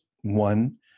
One